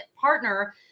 partner